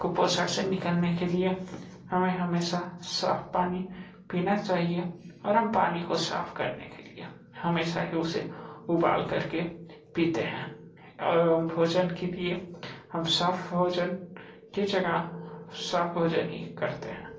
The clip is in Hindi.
कुपोषण से निकलने के लिए हमें हमेशा साफ़ पानी पीना चाहिए और हम पानी को साफ़ करने के लिए हमेशा ही उसे उबालकर के पीते हैं एवं भोजन के लिए हम साफ़ भोजन के जगह साफ़ भोजन ही करते हैं